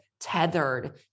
tethered